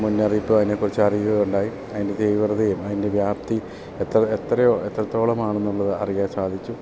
മുന്നറിയിപ്പ് അതിനെക്കുറിച്ച് അറിയുക ഉണ്ടായി അതിൻ്റെ തീവ്രതയും അതിൻ്റെ വ്യാപ്തി എത്ര എത്രയോ എത്രത്തോളമാണ് എന്നുള്ളത് അറിയാൻ സാധിച്ചു